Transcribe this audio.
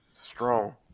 Strong